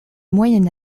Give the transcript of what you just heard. moyen